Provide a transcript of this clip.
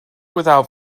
without